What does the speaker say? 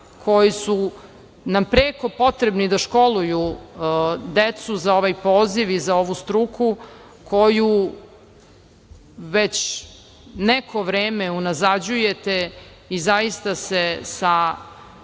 koji su nam preko potrebni da školuju decu za ovaj poziv i za ovu struku, koju već neko vreme unazađujete i zaista se sa